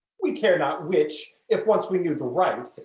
we care not which, if once we knew the right,